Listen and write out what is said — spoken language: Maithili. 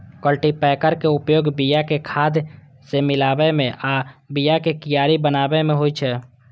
कल्टीपैकर के उपयोग बिया कें खाद सं मिलाबै मे आ बियाक कियारी बनाबै मे होइ छै